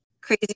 crazy